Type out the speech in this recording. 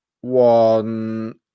one